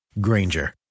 Granger